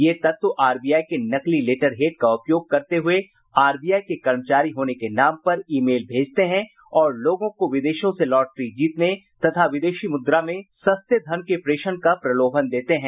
ये तत्व आरबीआई के नकली लेटर हेड का उपयोग करते हुए आरबीआई के कर्मचारी होने के नाम पर ई मेल भेजते हैं और लोगों को विदेशों से लॉटरी जीतने तथा विदेशी मुद्रा में सस्ते धन के प्रेषण का प्रलोभन देते हैं